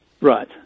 Right